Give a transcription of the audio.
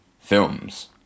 films